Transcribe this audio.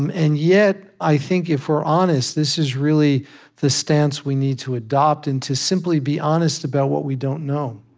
um and yet, i think if we're honest, this is really the stance we need to adopt, and to simply be honest about what we don't know